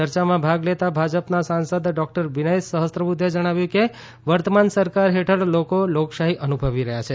ચર્ચામાં ભાગ લેતાં ભાજપના સાંસદ ડોક્ટર વિનય સહસ્રબુદ્વેએ જણાવ્યું કે વર્તમાન સરકાર હેઠળ લોકો લોકશાહી અનુભવી રહ્યા છે